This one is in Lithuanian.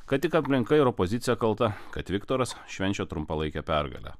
kad tik aplinka ir opozicija kalta kad viktoras švenčia trumpalaikę pergalę